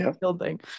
building